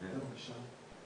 בדיוק אצטט אותך.